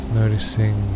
noticing